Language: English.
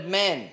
men